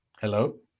hello